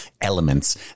elements